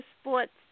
Sports